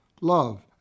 love